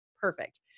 perfect